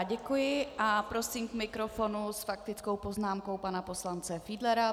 Děkuji a prosím k mikrofonu s faktickou poznámkou pana poslance Fiedlera.